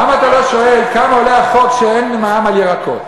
למה אתה לא שואל כמה עולה החוק שאין מע"מ על ירקות?